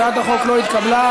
הצעת החוק לא נתקבלה.